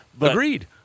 Agreed